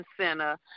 center